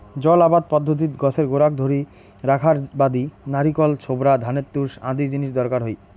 জল আবাদ পদ্ধতিত গছের গোড়াক ধরি রাখার বাদি নারিকল ছোবড়া, ধানের তুষ আদি জিনিস দরকার হই